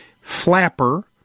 flapper